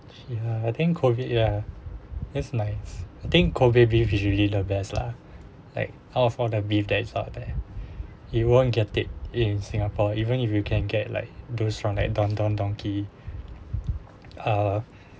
ya I think COVID ya it's nice I think kobe beef usually the best lah like out of all the beef that is out there you won't get it in singapore even if you can get like those from like don don donki uh